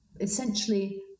essentially